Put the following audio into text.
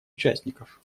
участников